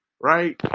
right